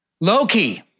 Loki